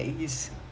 ya